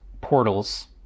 portals